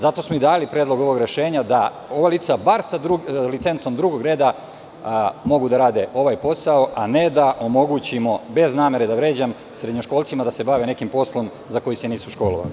Zato smo i dali predlog ovog rešenja, da ova lica bar sa licencom drugog reda mogu da rade ovaj posao, a ne da omogućimo, bez namere da vređam, srednjoškolcima da se bave nekim poslom za koji se nisu školovali.